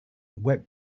web